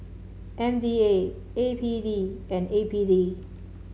M D A A P D and A P D